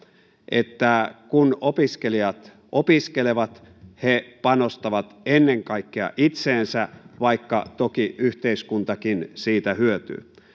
että kun opiskelijat opiskelevat he panostavat ennen kaikkea itseensä vaikka toki yhteiskuntakin siitä hyötyy